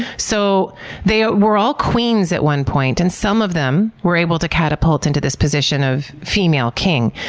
so they ah were all queens at one point and some of them were able to catapult into this position of female king.